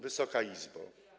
Wysoka Izbo!